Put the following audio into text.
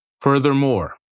furthermore